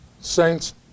saints